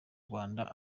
rwanda